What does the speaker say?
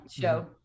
show